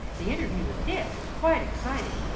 the interview with dick was quite exciting.